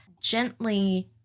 gently